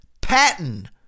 Patton